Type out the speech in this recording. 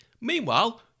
Meanwhile